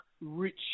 rich